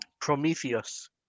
Prometheus